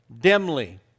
dimly